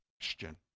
question